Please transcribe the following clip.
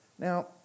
Now